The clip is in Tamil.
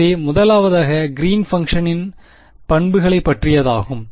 எனவே முதலாவதாக கிறீன் பங்க்ஷனின் பண்புகளைபற்றியதாகும்